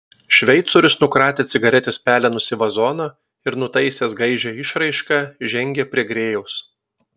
šveicorius nukratė cigaretės pelenus į vazoną ir nutaisęs gaižią išraišką žengė prie grėjaus